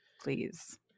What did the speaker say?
please